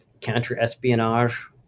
counter-espionage